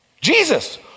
Jesus